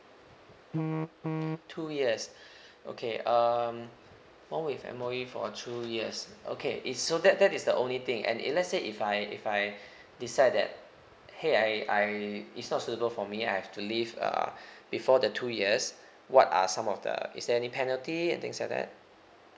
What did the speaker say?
two years okay um bond with M_O_E for two years okay it so that that is the only thing and if let's say if I if I decide that !hey! I I it's not suitable for me I have to leave uh before the two years what are some of the is there any penalty and things like that